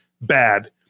bad